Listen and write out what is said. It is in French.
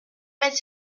mettre